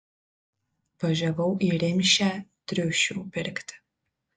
važiavau į rimšę triušių pirkti